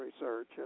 research